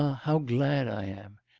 ah how glad i am!